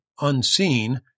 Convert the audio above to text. Unseen